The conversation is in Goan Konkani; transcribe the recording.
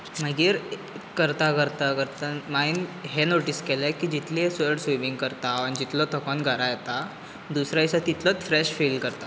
मागीर करतां करतां करतां हायें हें नोटीस केलें की जितली चड स्विमिंग करता आनी जितलो थकोन घरा येता दुसऱ्या दिसा तितलोच फ्रेश फील करता